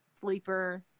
sleeper